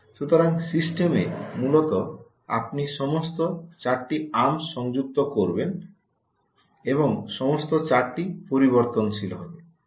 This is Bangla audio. সুতরাং সিস্টেমে মূলত আপনি সমস্ত 4 টি আর্মস সংযুক্ত করবেন এবং সমস্ত 4 টি পরিবর্তনশীল হবে